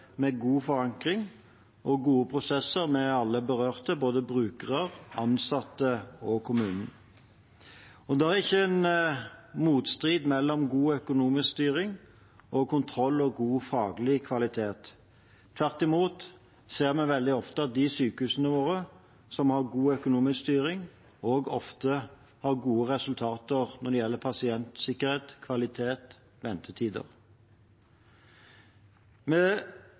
med god forankring og gode prosesser med alle berørte, både brukere, ansatte og kommune. Det er ingen motstrid mellom god økonomisk styring og kontroll og god faglig kvalitet. Tvert imot ser vi veldig ofte at de av sykehusene våre som har god økonomisk styring, også ofte har gode resultater når det gjelder pasientsikkerhet, kvalitet og ventetider.